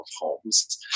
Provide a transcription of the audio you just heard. homes